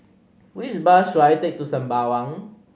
which bus should I take to Sembawang